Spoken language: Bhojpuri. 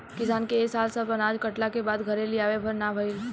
किसान के ए साल सब अनाज कटला के बाद घरे लियावे भर ना भईल